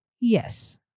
Yes